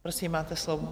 Prosím, máte slovo.